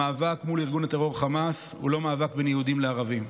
המאבק מול ארגון הטרור חמאס הוא לא מאבק בין יהודים לערבים,